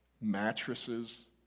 mattresses